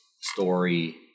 story